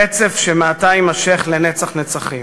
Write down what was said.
רצף שמעתה יימשך לנצח נצחים.